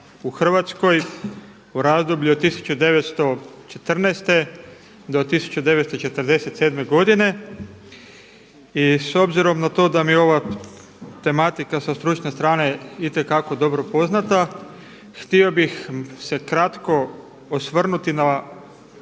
u Hrvatskoj u razdoblju od 1914. do 1947. godine i s obzirom na to da mi je ova tematika sa stručne stranke itekako dobro poznata htio bih se kratko osvrnuti na